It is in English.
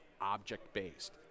object-based